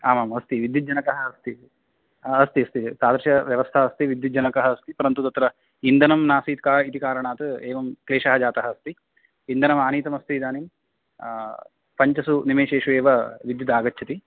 आमाम् अस्ति विद्युज्जनकः अस्ति अस्ति अस्ति तादृशव्यवस्था अस्ति विद्युज्जनकः अस्ति परन्तु तत्र इन्धनं नासीत् का इति कारणात् एवं क्लेशः जातः अस्ति इन्धनमानीतमस्ति इदानीं पञ्चसु निमेषेषु एव विद्युदागच्छति